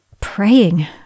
praying